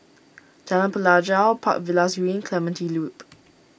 Jalan Pelajau Park Villas Green Clementi Loop